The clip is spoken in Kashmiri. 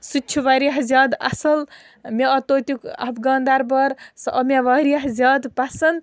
سُہ تہِ چھُ واریاہ زیادٕ اصٕل مےٚ آو تَتیٛک اَفغان دَربار سُہ آو مےٚ واریاہ زیادٕ پَسنٛد